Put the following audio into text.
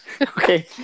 Okay